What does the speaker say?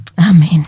Amen